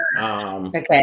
okay